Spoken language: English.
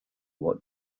what